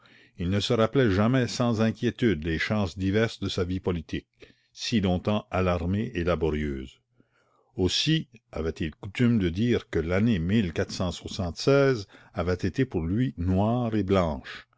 il ne se rappelait jamais sans inquiétude les chances diverses de sa vie politique si longtemps alarmée et laborieuse aussi avait-il coutume de dire que l'année avait été pour lui noire et blanche